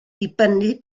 dibynnu